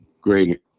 great